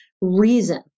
reason